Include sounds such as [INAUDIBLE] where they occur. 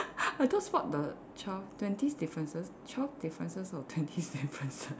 I just spot the twelve twenty differences twelve differences or twenty [LAUGHS] differences